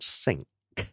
sink 。